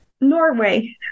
Norway